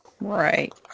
Right